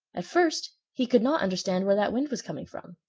at first he could not understand where that wind was coming from,